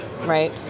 right